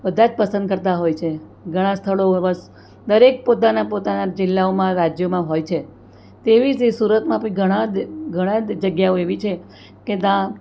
બધા જ પસંદ કરતાં હોય છે ઘણાં સ્થળો દરેક પોતાના પોતાના જિલ્લાઓમાં રાજ્યોમાં હોય છે તેવી રીતે સુરતમાં બી ઘણા ઘણાં જગ્યાઓ એવી છે કે ત્યાં